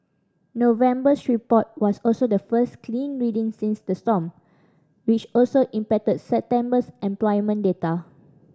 November's report was also the first clean reading since the storm which also impacted September's employment data